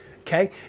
Okay